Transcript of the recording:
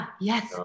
Yes